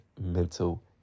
mental